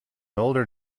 older